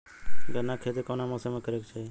गन्ना के खेती कौना मौसम में करेके चाही?